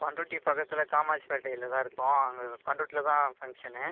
பண்ருட்டி பக்கத்தில் காமாட்சி பேட்டையில் தான் இருக்கோம் அங்கே பண்ருட்டியில தான் ஃபங்க்ஷனு